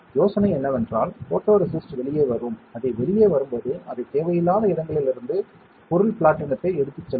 யோசனை என்னவென்றால் ஃபோட்டோரெசிஸ்ட் வெளியே வரும் அது வெளியே வரும்போது அது தேவையில்லாத இடங்களிலிருந்து பொருள் பிளாட்டினத்தை எடுத்துச் செல்லும்